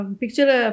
picture